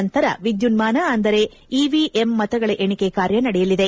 ನಂತರ ವಿದ್ಲುನ್ನಾನ ಅಂದರೆ ಇವಿಎಂ ಮತಗಳ ಎಣಿಕೆ ಕಾರ್ಯ ನಡೆಯಲಿದೆ